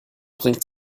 bringt